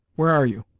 where are you?